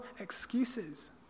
excuses